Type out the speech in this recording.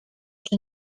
czy